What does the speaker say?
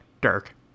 Dirk